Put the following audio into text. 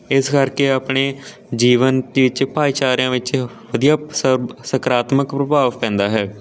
ਇਸ ਕਰਕੇ ਆਪਣੇ ਜੀਵਨ ਵਿੱਚ ਭਾਈਚਾਰਿਆਂ ਵਿੱਚ ਵਧੀਆ ਸਕਾਰਾਤਮਕ ਪ੍ਰਭਾਵ ਪੈਂਦਾ ਹੈ